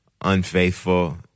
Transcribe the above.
unfaithful